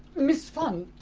miss funn,